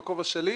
בכובע שלי,